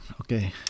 Okay